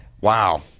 Wow